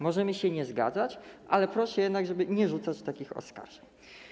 Możemy się nie zgadzać, ale proszę jednak, żeby nie rzucać takich oskarżeń.